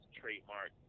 trademark